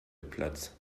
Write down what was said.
platz